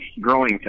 growing